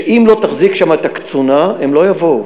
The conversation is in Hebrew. שאם לא תחזיק שם את הקצונה, הם לא יבואו.